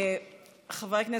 חברי הכנסת,